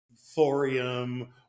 thorium